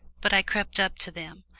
but i crept up to them,